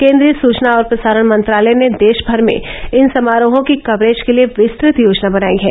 केन्द्रीय सूचना और प्रसारण मंत्रालय ने देश भर में इन समारोहों की कवरेज के लिए विस्तृत योजना बनाई है